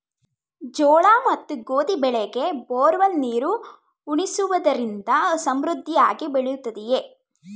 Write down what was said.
ಜೋಳ ಮತ್ತು ಗೋಧಿ ಬೆಳೆಗೆ ಬೋರ್ವೆಲ್ ನೀರು ಉಣಿಸುವುದರಿಂದ ಸಮೃದ್ಧಿಯಾಗಿ ಬೆಳೆಯುತ್ತದೆಯೇ?